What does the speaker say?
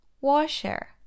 washer